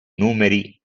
numeri